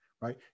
right